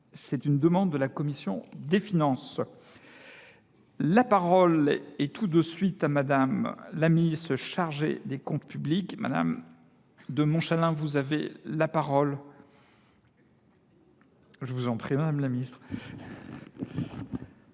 C'est une demande de la Commission des Finances. La parole est tout de suite à madame la ministre chargée des comptes publics. Madame de Montchalin, vous avez la parole. Je vous en prie Madame la Ministre.